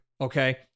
okay